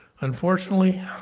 Unfortunately